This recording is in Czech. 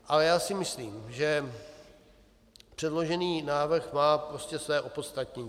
Ale já si myslím, že předložený návrh má prostě své opodstatnění.